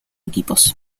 equipos